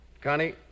Connie